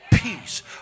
Peace